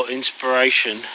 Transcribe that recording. inspiration